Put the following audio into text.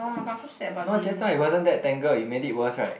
no just now it wasn't that tangled you made it worse right